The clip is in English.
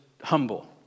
humble